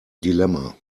dilemma